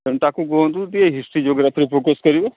ତେଣୁ ତାକୁ କୁହନ୍ତୁ ଟିକେ ହିଷ୍ଟ୍ରି ଜିଓଗ୍ରାଫିରେ ଫୋକସ୍ କରିବ